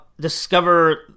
discover